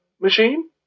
machine